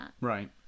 Right